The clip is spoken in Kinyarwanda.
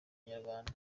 inyarwanda